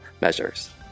measures